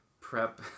prep